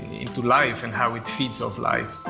into life and how it feeds of life.